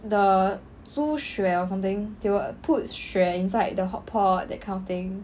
the 猪血 or something they will put 血 inside the hotpot that kind of thing